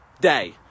day